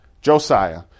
Josiah